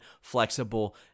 flexible